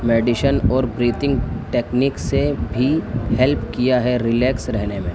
meditation اور breathing technique سے بھی ہیلپ کیا ہے ریلیکس رہنے میں